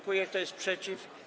Kto jest przeciw?